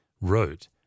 wrote